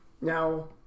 Now